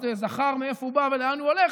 וזכר מאיפה הוא בא ולאן הולך,